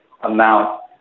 amount